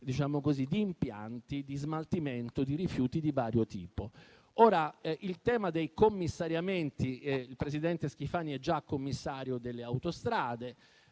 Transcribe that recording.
di impianti di smaltimento di rifiuti di vario tipo. In tema di commissariamenti, il presidente Schifani è già commissario delle autostrade;